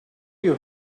you